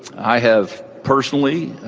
i have personally,